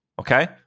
Okay